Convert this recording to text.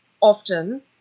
often